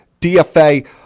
DFA